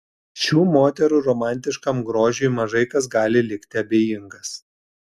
šių moterų romantiškam grožiui mažai kas gali likti abejingas